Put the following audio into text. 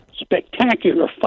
spectacular